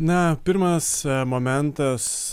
na pirmas momentas